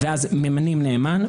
ואז ממנים נאמן.